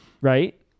right